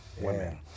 women